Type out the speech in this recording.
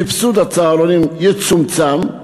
סבסוד הצהרונים יצומצם,